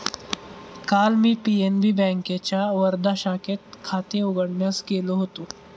काल मी पी.एन.बी बँकेच्या वर्धा शाखेत खाते उघडण्यास गेलो होतो